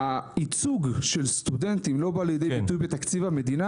הייצוג של סטודנטים לא בא לידי ביטוי בתקציב המדינה